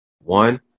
One